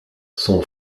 son